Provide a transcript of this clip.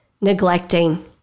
neglecting